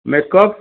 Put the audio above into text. make up